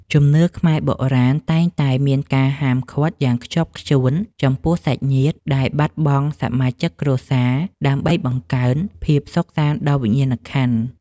ជំនឿខ្មែរបុរាណតែងតែមានការហាមឃាត់យ៉ាងខ្ជាប់ខ្ជួនចំពោះសាច់ញាតិដែលបាត់បង់សមាជិកគ្រួសារដើម្បីបង្កើនភាពសុខសាន្តដល់វិញ្ញាណក្ខន្ធ។